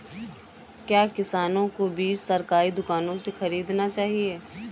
क्या किसानों को बीज सरकारी दुकानों से खरीदना चाहिए?